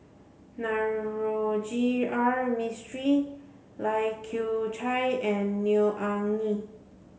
Navroji R Mistri Lai Kew Chai and Neo Anngee